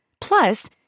Plus